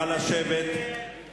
ההצעה להסיר מסדר-היום